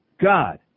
God